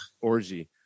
orgy